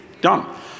done